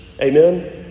Amen